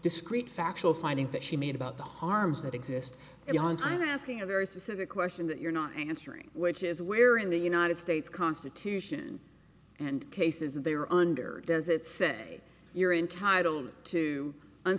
discrete factual findings that she made about the harms that exist beyond i'm asking a very specific question that you're not answering which is where in the united states constitution and cases there under does it say you're entitled to